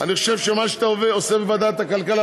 חושב שמה שאתה עושה בוועדת הכלכלה,